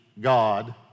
God